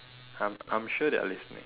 I'm I'm sure they are listening